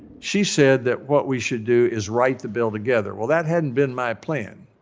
she said that what we should do is write the bill together. well, that hadn't been my plan,